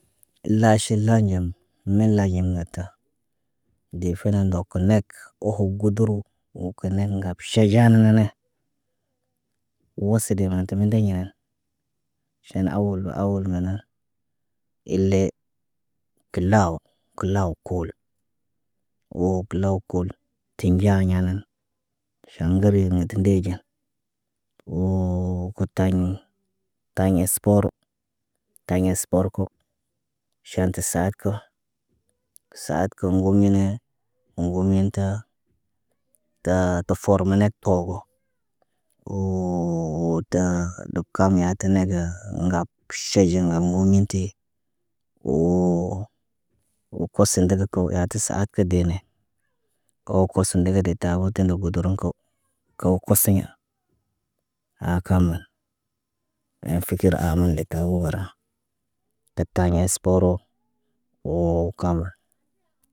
Laʃilayen milayen ŋgata. De fenen doko nek oho guduru wo kine ŋgab saɟa naane. Wosi dena tə mindeɲ yenen, ʃan awal ba awal gana, ile kilaw, kilaw koolo woo kilaw kulu. Tinɟa ɲenan, ʃan ŋgeri nə tə ndeeɟə woo kutaɲ taɲ esporo taɲ espor ko ʃaan tə saat ko saad kə ŋgumine ŋgumin ta taa ta forme net toogo. Woo təə dop kam yaatine ga ŋgap ʃaɟan ŋga muminti woo posə ndegeg kə wo, yatu saat kə dene. Woo koso ndege de tabo tə nduguduruŋg ku, ko koseɲa Aa kam ee fikir am le kawra. Dat taaɲe esporo woo kamla.